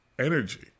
energy